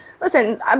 listen